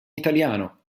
italiano